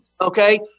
Okay